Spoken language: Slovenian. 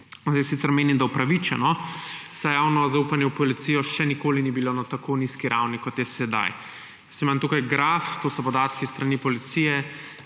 Jaz sicer menim, da upravičeno, saj javno zaupanje v policijo še nikoli ni bilo na tako nizki ravni, kot je sedaj. Tukaj imam graf, to so podatki s strani policije.